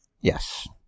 Yes